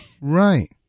Right